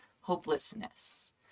hopelessness